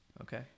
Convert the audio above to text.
Okay